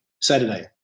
Saturday